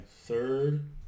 third